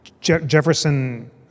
Jefferson